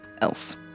else